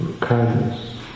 kindness